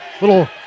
Little